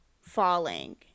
Falling